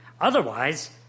Otherwise